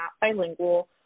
bilingual